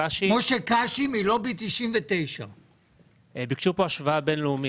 פה השוואה בין לאומית.